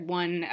one